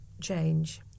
change